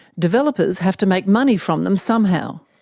developers have to make money from them somehow.